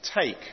take